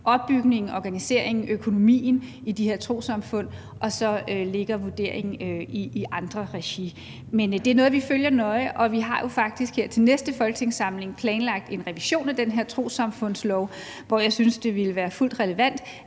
opbygningen, organiseringen og økonomien i de her trossamfund, og så ligger vurderingen i andre regi. Men det er noget, vi følger nøje, og vi har jo faktisk her til den næste folketingssamling planlagt en revision af den her trossamfundslov, hvor jeg synes, det ville være helt relevant